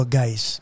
guys